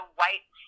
white